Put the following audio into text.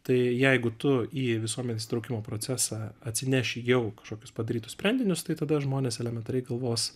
tai jeigu tu į visuomenės įtraukimo procesą atsineši jau kažkokius padarytus sprendinius tai tada žmonės elementariai galvos